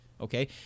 okay